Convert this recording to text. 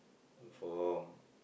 form